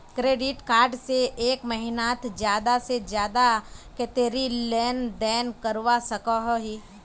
Credit card से एक महीनात ज्यादा से ज्यादा कतेरी लेन देन करवा सकोहो ही?